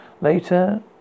Later